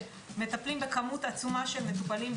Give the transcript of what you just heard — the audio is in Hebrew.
שמטפלים בכמות עצומה של מטופלים,